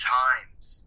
times